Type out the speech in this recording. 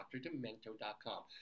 drdemento.com